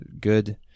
good